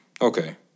Okay